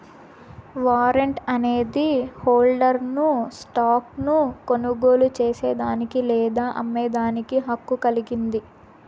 warrant అనేది హోల్డర్ను stock ను కొనుగోలు చేసేదానికి లేదా అమ్మేదానికి హక్కు కలిగింది